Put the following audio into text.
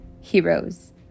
heroes